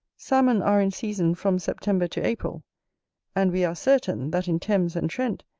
salmon are in season from september to april and we are certain, that in thames and trent,